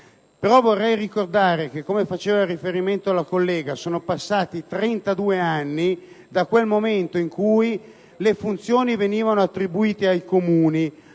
vorrei ricordare che - come ha detto la collega - sono passati 32 anni dal momento in cui le funzioni vennero attribuite ai Comuni: